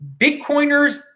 Bitcoiners